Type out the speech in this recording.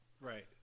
Right